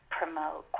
promote